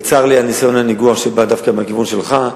צר לי על ניסיון הניגוח שבא דווקא מהכיוון שלך.